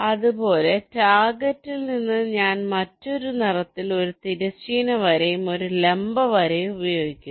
അതുപോലെ ടാർഗെറ്റിൽ നിന്ന് ഞാൻ മറ്റൊരു നിറത്തിൽ ഒരു തിരശ്ചീന വരയും ഒരു ലംബ വരയും ഉപയോഗിക്കുന്നു